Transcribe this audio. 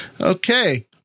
Okay